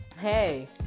hey